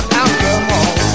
alcohol